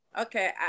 okay